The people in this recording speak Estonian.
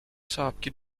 saabki